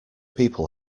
people